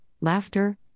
laughter